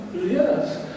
yes